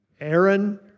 Aaron